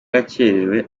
yakererewe